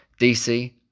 DC